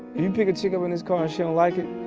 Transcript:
you pick a chick up in this car and she don't like it,